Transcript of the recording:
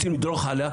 רוצים לדרוך עליה,